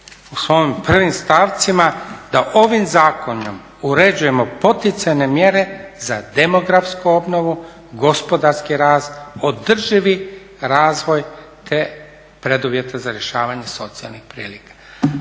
u svojim prvim stavcima da ovim zakonom uređujemo poticajne mjere za demografsku obnovu, gospodarski rast, održivi razvoj te preduvjete za rješavanje socijalnih prilika.